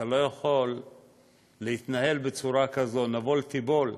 אתה לא יכול להתנהל בצורה כזאת, "נבֹל תִּבֹּל".